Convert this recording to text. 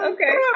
Okay